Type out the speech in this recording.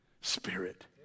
spirit